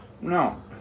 no